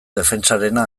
defentsarena